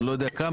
אני לא יודע כמה,